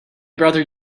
brother